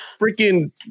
freaking